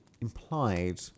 implied